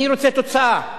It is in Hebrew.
אני רוצה תוצאה.